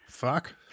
fuck